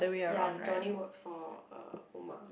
ya Johnny works for Omar